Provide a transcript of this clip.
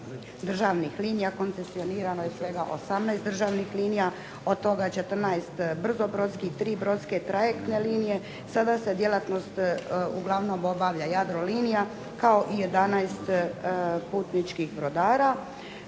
državnih linija koncesionirano je svega 18 državnih linija, od toga 14 brzobrodskih, 3 brodske trajektne linije. Sada se djelatnost uglavnom obavlja Jadrolinija kao i 11 putničkih brodara.